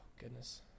goodness